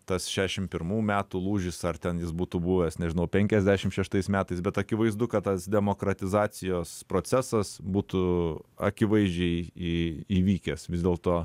tas šešdešim pirmų metų lūžis ar ten jis būtų buvęs nežinau penkiasdešim šeštais metais bet akivaizdu kad tas demokratizacijos procesas būtų akivaizdžiai į įvykęs vis dėlto